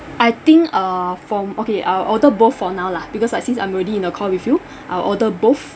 I think uh from okay uh I'll order both for now lah because like since I'm already in a call with you I'll older both